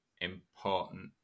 important